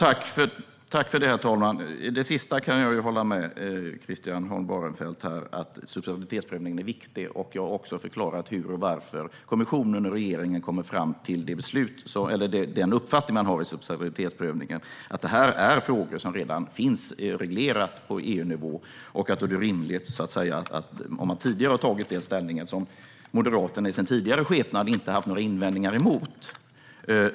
Herr talman! Det sista kan jag hålla med Christian Holm Barenfeld om, det vill säga att subsidiaritetsprövningen är viktig. Jag har också förklarat hur och varför kommissionen och regeringen har kommit fram till den uppfattning man har i subsidiaritetsprövningen, nämligen att detta är frågor som redan finns reglerade på EU-nivå. Då är det rimligt att man tidigare har tagit den ställningen - som Moderaterna i sin tidigare skepnad inte har haft några invändningar emot.